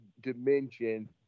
dimension